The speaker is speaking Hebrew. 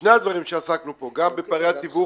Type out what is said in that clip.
ושני הדברים שעסקנו בהם פה, גם פערי התיווך